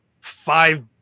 five